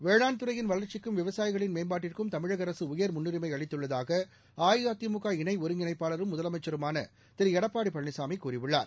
வேளாண் துறையின் வளா்ச்சிக்கும் விவசாயிகளின் மேம்பாட்டிற்கும் தமிழகஅரசுஉயர் முன்னுரிமைஅளித்துள்ளதாகஅஇஅதிமுக இணைஒருங்கிணைப்பாளரும் முதலமைச்சருமானதிருளடப்பாடிபழனிசாமிகூறியுள்ளார்